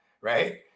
Right